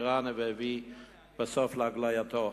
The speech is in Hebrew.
שלחץ כל כך את השאה האירני והביא בסוף להגלייתו.